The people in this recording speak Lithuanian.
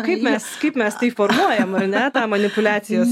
kaip mes kaip mes tai formuojam ar ne tą manipuliacijos